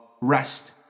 rest